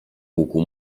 łuku